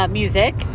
music